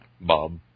Bob